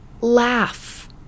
laugh